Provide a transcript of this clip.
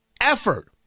effort